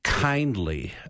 Kindly